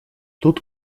тут